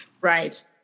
right